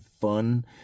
fun